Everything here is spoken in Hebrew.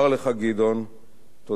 תודה על מה שנתת לנו.